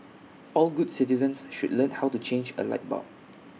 all good citizens should learn how to change A light bulb